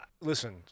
Listen